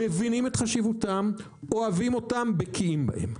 מבינים את חשיבותם, אוהבים אותם ובקיאים בהם.